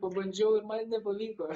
pabandžiau ir man nepavyko